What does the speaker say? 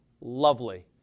Lovely